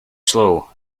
slow